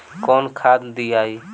कौन खाद दियई?